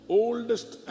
oldest